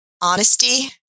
honesty